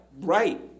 right